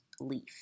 leaf